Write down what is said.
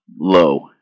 low